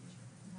כל